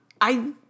I-